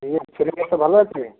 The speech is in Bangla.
ইয়ে ছেলেমেয়েরা ভালো আছে